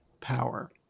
power